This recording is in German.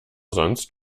sonst